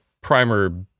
primer